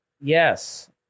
yes